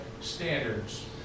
standards